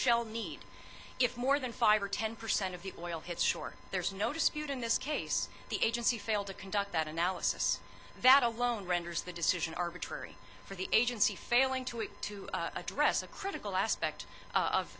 shell need if more than five or ten percent of the oil hits shore there's no dispute in this case the agency failed to conduct that analysis that alone renders the decision arbitrary for the agency failing to eat to address a critical aspect